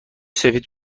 سفید